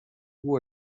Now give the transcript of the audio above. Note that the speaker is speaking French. vous